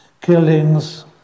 killings